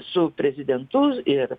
su prezidentu ir